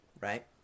right